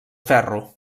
ferro